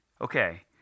Okay